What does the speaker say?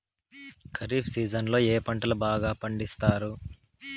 ఖరీఫ్ సీజన్లలో ఏ పంటలు బాగా పండిస్తారు